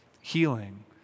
healing